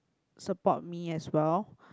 support me as well